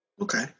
Okay